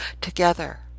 together